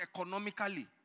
economically